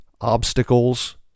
obstacles